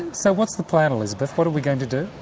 so what's the plan elizabeth, what are we going to do?